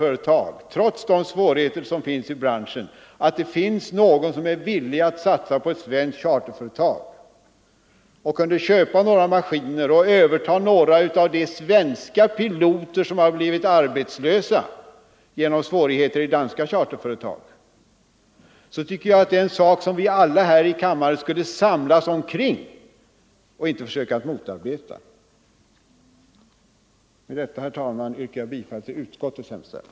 Om någon trots de svårigheter som finns i branschen är villig satsa på ett svenskt charterföretag och kan köpa några maskiner och överta en del av de svenska piloter som har blivit arbetslösa på grund av svårigheter i danska charterföretag tycker jag att vi alla här i kammaren skulle understödja det och inte försöka motarbeta det. Med detta yrkar jag, herr talman, bifall till utskottets hemställan.